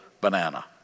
banana